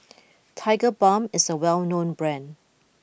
Tigerbalm is a well known brand